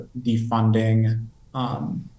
defunding